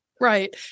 Right